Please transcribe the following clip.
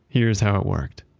here is how it worked.